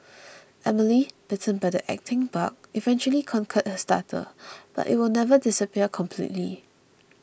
Emily bitten by the acting bug eventually conquered her stutter but it will never disappear completely